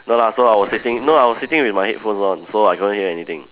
no lah so I was sitting no I was sitting with my headphones on so I couldn't hear anything